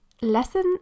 lesson